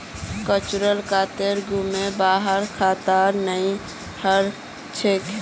virtual कार्डत गुम हबार खतरा नइ रह छेक